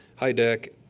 high deck,